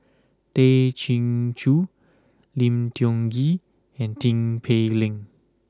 Tay Chin Joo Lim Tiong Ghee and Tin Pei Ling